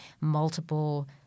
multiple